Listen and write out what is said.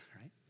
right